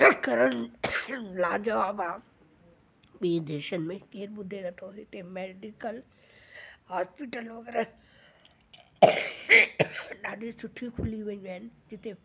कारण लाजवाबु आहे ॿी देशनि में जेर ॿुधे नथो हिते मेडिकल हॉस्पिटल वग़ैराह ॾाढियूं सुठियूं खुली वियूं आहिनि जिते